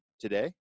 today